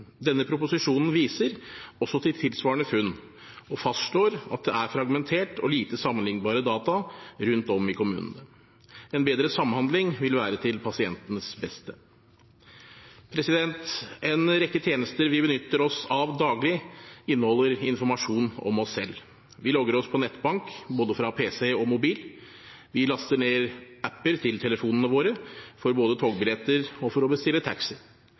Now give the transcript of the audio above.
Denne proposisjonen viser også til tilsvarende funn og fastslår at det er fragmenterte og lite sammenlignbare data rundt om i kommunene. En bedre samhandling vil være til pasientenes beste. En rekke tjenester vi benytter oss av daglig, inneholder informasjon om oss selv. Vi logger oss på nettbank fra både pc og mobil. Vi laster ned app-er til telefonene våre både for togbilletter og for å bestille taxi.